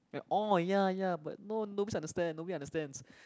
oh ya ya but no nobody understands nobody understands